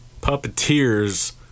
puppeteers